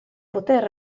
poter